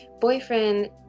boyfriend